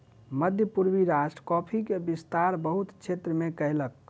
मध्य पूर्वी राष्ट्र कॉफ़ी के विस्तार बहुत क्षेत्र में कयलक